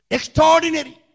Extraordinary